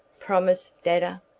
promise, dadda!